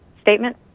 statement